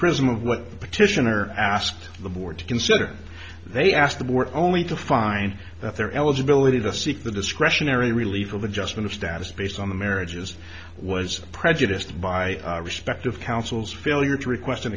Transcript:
prism of what the petitioner asked the board to consider they asked the board only to find that their eligibility to seek the discretionary relief of adjustment of status based on the marriages was prejudiced by respective councils failure to request an